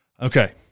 Okay